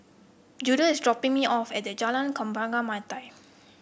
Judah is dropping me off at the Jalan Kembang Melati